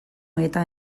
eta